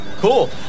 Cool